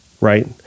Right